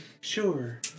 Sure